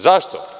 Zašto?